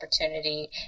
opportunity